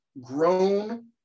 grown